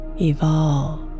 evolve